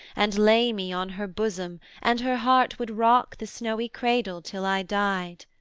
and lay me on her bosom, and her heart would rock the snowy cradle till i died.